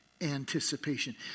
anticipation